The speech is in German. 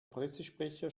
pressesprecher